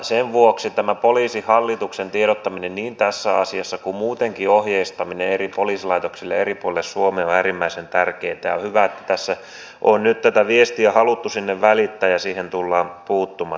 sen vuoksi tämä poliisihallituksen tiedottaminen niin tässä asiassa kuin muutenkin ohjeistaminen eri poliisilaitoksille eri puolilla suomea on äärimmäisen tärkeätä ja on hyvä että tässä on nyt tätä viestiä haluttu sinne välittää ja siihen tullaan puuttumaan